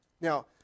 Now